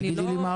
תגידי לי מה הרף?